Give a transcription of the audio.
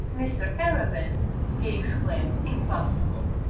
mr arabin he exclaimed impossible!